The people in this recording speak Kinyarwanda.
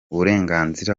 uburenganzira